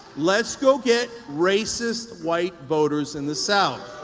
let's go get racist, white voters in the south.